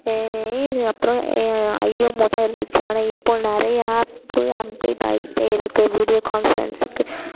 இது அப்புறம் ஐயோ மொதல் இருந்திச்சு ஆனால் இப்போது நிறையா ஆப்பு அப்டேட் ஆகிகிட்டே இருக்குது வீடியோ கான்ஃபரன்ஸ்க்கு